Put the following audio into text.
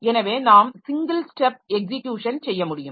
எனவே நாம் single step execution செய்ய முடியும்